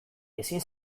ezin